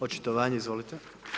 Očitovanje izvolite.